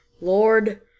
Lord